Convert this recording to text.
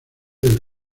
del